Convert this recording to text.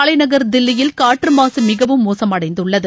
தலைநகர் தில்லியில் காற்று மாசு மிகவும் மோசமடைந்துள்ளது